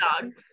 dogs